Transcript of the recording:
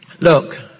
Look